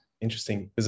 Interesting